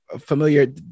familiar